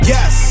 Yes